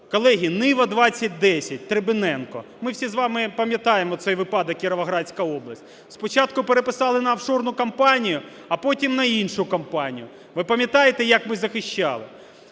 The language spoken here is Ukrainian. Колеги, "Нива-2010" Трибиненко. Ми всі з вами пам'ятаємо цей випадок, Кіровоградська область. Спочатку переписали на офшорну компанію, а потім іншу компанію. Ви пам'ятаєте, як ми захищали.